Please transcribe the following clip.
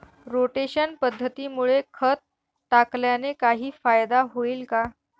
Rotation पद्धतीमुळे खत टाकल्याने काही फायदा होईल का?